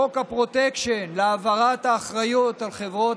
חוק הפרוטקשן להעברת האחריות על חברות